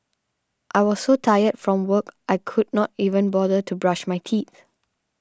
I was so tired from work I could not even bother to brush my teeth